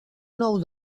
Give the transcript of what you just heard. nou